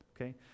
Okay